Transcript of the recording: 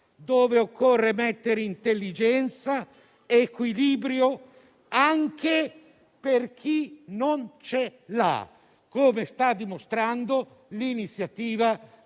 cui occorre mettere intelligenza ed equilibrio anche per chi non ce l'ha, come sta dimostrando l'iniziativa